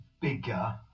bigger